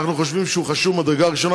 אנחנו חושבים שהוא חשוב ממדרגה ראשונה,